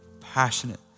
passionate